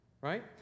right